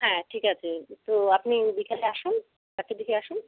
হ্যাঁ ঠিক আছে তো আপনি বিকালে আসুন চারটের দিকে আসুন